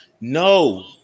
no